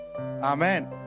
amen